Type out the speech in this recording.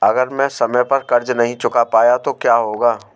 अगर मैं समय पर कर्ज़ नहीं चुका पाया तो क्या होगा?